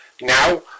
Now